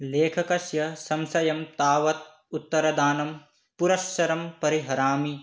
लेखकस्य संशयं तावत् उत्तरदानपुरस्सरं परिहरामि